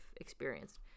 experienced